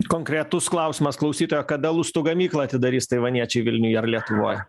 konkretus klausimas klausytoja kada lustų gamyklą atidarys taivaniečiai vilniuje ar lietuvoj